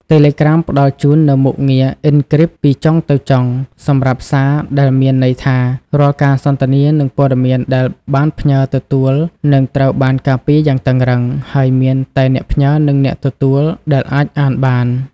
តេឡេក្រាមផ្តល់ជូននូវមុខងារអុិនគ្រីបពីចុងទៅចុង សម្រាប់សារ ដែលមានន័យថា រាល់ការសន្ទនា និងព័ត៌មានដែលបានផ្ញើទទួល គឺត្រូវបានការពារយ៉ាងតឹងរ៉ឹង ហើយមានតែអ្នកផ្ញើ និងអ្នកទទួលទេដែលអាចអានបាន។